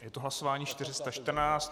Je to hlasování 414.